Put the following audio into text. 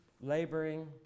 laboring